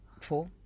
Four